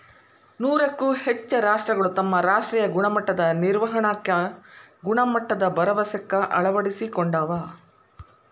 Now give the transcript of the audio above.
ನೂರಕ್ಕೂ ಹೆಚ್ಚ ರಾಷ್ಟ್ರಗಳು ತಮ್ಮ ರಾಷ್ಟ್ರೇಯ ಗುಣಮಟ್ಟದ ನಿರ್ವಹಣಾಕ್ಕ ಗುಣಮಟ್ಟದ ಭರವಸೆಕ್ಕ ಅಳವಡಿಸಿಕೊಂಡಾವ